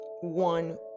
one